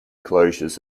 closures